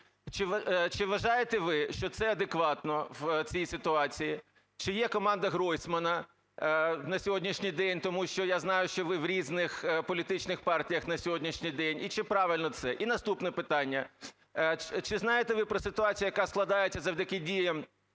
Чи вважаєте ви, що це адекватно в цій ситуації? Чи є команда Гройсмана на сьогоднішній день? Тому що я знаю, що ви в різних політичних партіях на сьогоднішній день. І чи правильно це? І наступне питання. Чи знаєте ви про ситуацію, яка складається завдяки діями